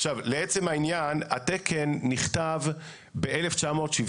עכשיו לעצם העניין, התקן נכתב ב-1975.